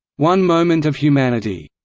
one moment of humanity,